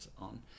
on